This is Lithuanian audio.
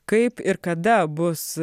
kaip ir kada bus